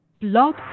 Blog